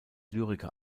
lyriker